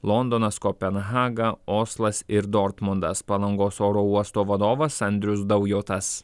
londonas kopenhaga oslas ir dortmundas palangos oro uosto vadovas andrius daujotas